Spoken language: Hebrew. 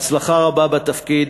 הצלחה רבה בתפקיד,